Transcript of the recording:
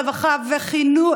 רווחה וחינוך,